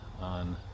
on